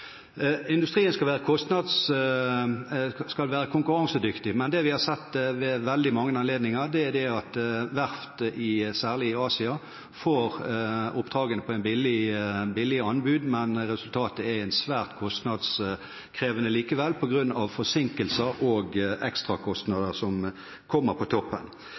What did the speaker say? skal være konkurransedyktig, men det vi har sett ved veldig mange anledninger, er at verft, særlig i Asia, får oppdragene på billige anbud, men resultatet er svært kostnadskrevende likevel, på grunn av forsinkelser og ekstrakostnader som kommer på toppen.